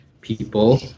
people